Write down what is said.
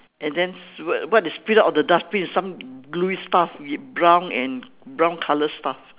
and then what what is spilled out of the dustbin is some gluey stuff with brown and brown colour stuff